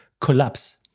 collapse